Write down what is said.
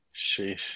sheesh